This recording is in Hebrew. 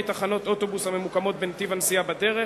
תחנות אוטובוס הממוקמות בנתיב הנסיעה בדרך,